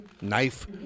knife